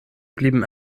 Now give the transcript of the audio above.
blieben